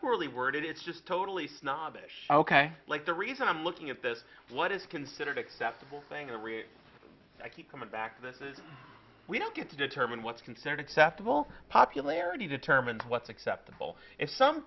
morally worded it's just totally snobbish ok like the reason i'm looking at this what is considered acceptable thing to read i keep coming back to this is we don't get to determine what's considered acceptable popularity determine what's acceptable if some